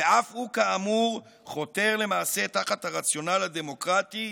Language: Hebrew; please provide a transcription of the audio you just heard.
ואף הוא כאמור חותר למעשה תחת הרציונל הדמוקרטי,